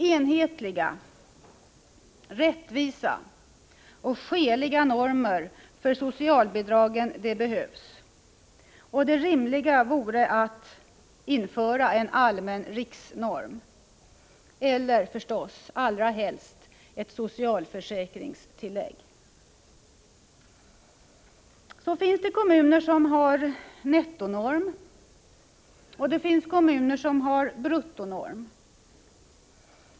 Enhetliga, rättvisa och skäliga normer för socialbidragen behövs. Det rimliga vore att införa en allmän riksnorm eller, allra helst, ett socialförsäkringstillägg. Det finns kommuner som har nettonorm och det finns kommuner som har bruttonorm.